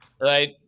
right